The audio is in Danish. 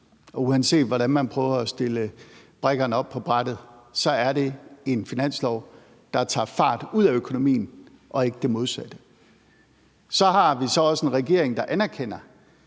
og uanset hvordan man prøver at stille brikkerne op på brættet, er det et finanslovsforslag, der tager fart ud af økonomien og ikke det modsatte. Så har vi så også en regering, der anerkender,